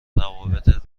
روابط